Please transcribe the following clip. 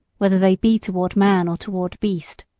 whether they be toward man or toward beast.